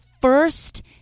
first